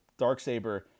Darksaber